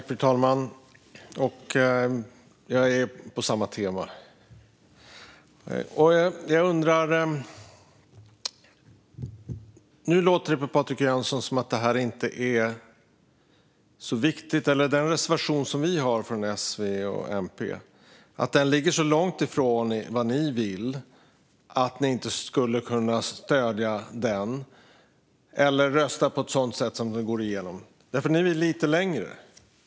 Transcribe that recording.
Fru talman! Jag är inne på samma tema. Nu låter det på Patrik Jönsson som att det inte är så viktigt. Den reservation som vi har från S, V och MP ligger så långt ifrån vad ni vill att ni inte skulle kunna stödja den, eller rösta på ett sådant sätt att den går igenom. Ni vill gå lite längre.